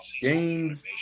games